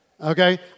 Okay